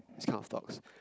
this kind of talks